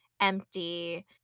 empty